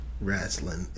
wrestling